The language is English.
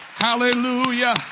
Hallelujah